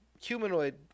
humanoid